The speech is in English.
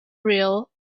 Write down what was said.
real